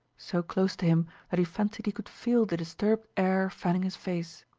so close to him that he fancied he could feel the disturbed air fanning his face.